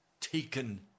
taken